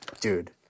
Dude